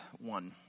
one